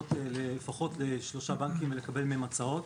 לפנות לפחות לשלושה בנקים ולקבל מהן הצעות